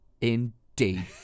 indeed